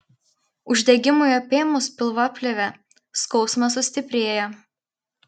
uždegimui apėmus pilvaplėvę skausmas sustiprėja